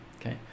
okay